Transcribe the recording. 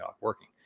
working